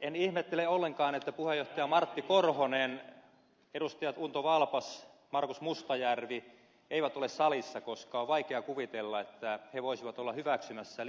en ihmettele ollenkaan että puheenjohtaja martti korhonen edustajat unto valpas ja markus mustajärvi eivät ole salissa koska on vaikea kuvitella että he voisivat olla hyväksymässä